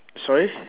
sorry